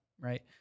right